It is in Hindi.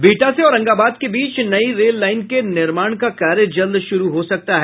बिहटा से औरंगाबाद के बीच नई रेल लाईन के निर्माण का कार्य जल्द शुरू हो सकता है